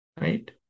right